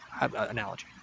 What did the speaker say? Analogy